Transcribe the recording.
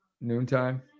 noontime